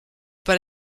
pas